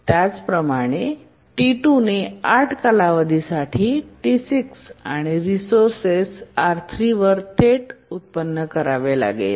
त्याचप्रमाणे T2ने 8 कालावधीसाठी T6 आणि रिसोअर्स R3 वर थेट व्युत्पन्न करावे लागेल